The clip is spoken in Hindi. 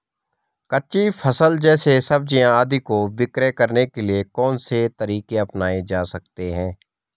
कच्ची फसल जैसे सब्जियाँ आदि को विक्रय करने के लिये कौन से तरीके अपनायें जा सकते हैं?